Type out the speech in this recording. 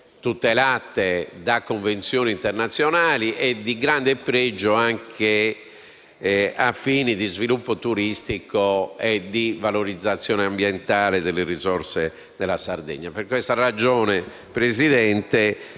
tutelate da convenzioni internazionali e di grande pregio anche ai fini dello sviluppo turistico e della valorizzazione ambientale delle risorse della Regione. Per questa ragione, signor Presidente,